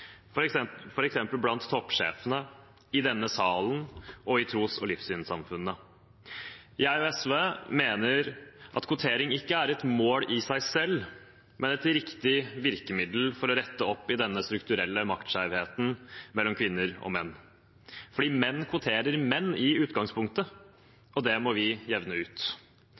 blant toppsjefene, i denne salen og i tros- og livssynssamfunnene. Jeg og SV mener at kvotering ikke er et mål i seg selv, men et riktig virkemiddel for å rette opp denne strukturelle maktskjevheten mellom kvinner og menn. For menn kvoterer menn i utgangspunktet, og det må vi jevne ut.